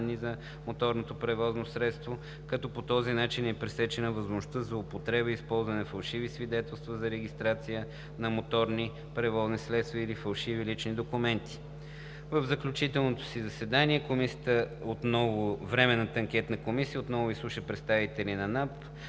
за моторното превозно средство. По този начин е пресечена възможността за злоупотреба чрез ползване на фалшиви свидетелства за регистрация на моторни превозни средства или фалшиви лични документи. В заключителното си заседание Временната анкетна комисията изслуша отново представителите на